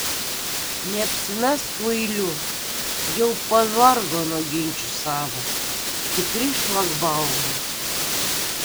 neapsimesk kvailiu jau pavargo nuo ginčų sava tikri šlagbaumai